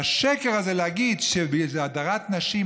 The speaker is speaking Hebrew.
והשקר הזה להגיד שזה הדרת נשים,